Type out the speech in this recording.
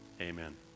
Amen